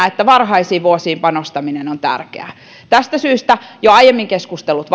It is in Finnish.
että varhaisiin vuosiin panostaminen on tärkeää tästä syystä jo aiemmin keskustellut